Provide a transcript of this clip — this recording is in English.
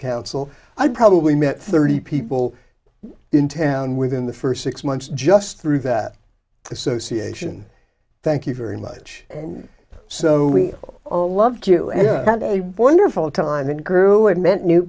council i'd probably met thirty people in town within the first six months just through that association thank you very much and so we all loved you and had a wonderful time and grew and met new